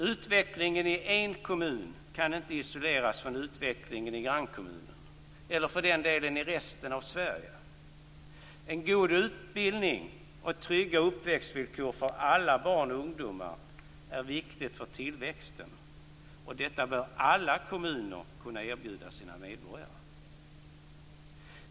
Utvecklingen i en kommun kan inte isoleras från utvecklingen i grannkommunen eller för den delen i resten av Sverige. En god utbildning och trygga uppväxtvillkor för alla barn och ungdomar är viktigt för tillväxten. Detta bör alla kommuner kunna erbjuda sina medborgare.